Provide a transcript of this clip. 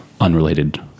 unrelated